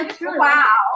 Wow